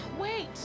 wait